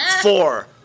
Four